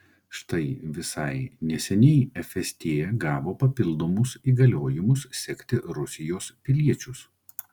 štai visai neseniai fst gavo papildomus įgaliojimus sekti rusijos piliečius